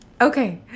Okay